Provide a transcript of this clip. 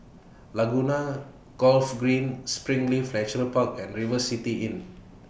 Laguna Golf Green Springleaf Natural Park and River City Inn